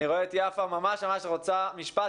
אני רואה שיפה ממש רוצה להגיד משפט.